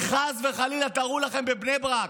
כי חס וחלילה תארו לכם בבני ברק,